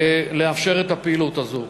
לאפשר את הפעילות הזאת.